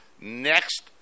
next